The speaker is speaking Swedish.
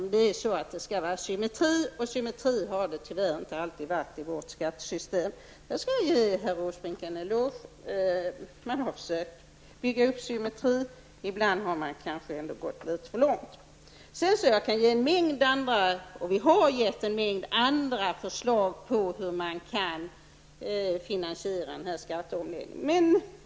Men det skall vara symmetri, och det har tyvärr inte alltid varit symmetri i vårt skattesystem. Jag skall ge herr Åsbrink en eloge: man har försökt att bygga upp en symmetri, men ibland har man kanske ändå gått litet för långt. Vi har lämnat en mängd andra förslag på hur man kan finansiera skatteomläggningen.